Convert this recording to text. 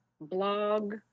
blog